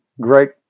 great